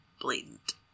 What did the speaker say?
blatant